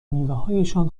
میوههایشان